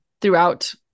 throughout